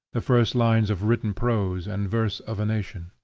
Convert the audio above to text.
the first lines of written prose and verse of a nation.